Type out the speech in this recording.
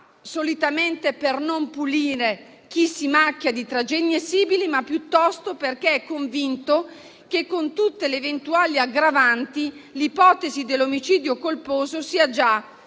lo fa per non punire chi si macchia di tragedie simili, ma piuttosto perché è convinto che con tutte le eventuali aggravanti l'ipotesi dell'omicidio colposo sia già